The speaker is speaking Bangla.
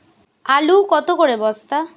আলু কত করে বস্তা?